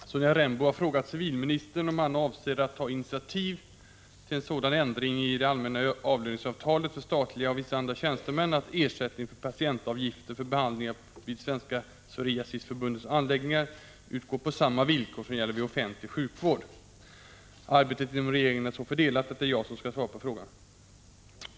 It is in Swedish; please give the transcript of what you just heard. Herr talman! Sonja Rembo har frågat civilministern om han avser att ta initiativ till en sådan ändring i allmänt avlöningsavtal för statliga och vissa andra tjänstemän att ersättning för patientavgiften för behandlingar vid Svenska Psoriasisförbundets anläggningar utgår på samma villkor som gäller vid offentlig sjukvård. Arbetet inom regeringen är så fördelat att det är jag som skall svara på frågan.